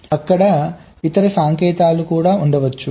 అక్కడ ఇతర సంకేతాలు కూడా ఉండవచ్చు